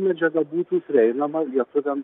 medžiaga būtų prieinama lietuviam